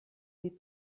die